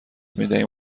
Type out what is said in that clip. میدهیم